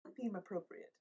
theme-appropriate